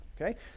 Okay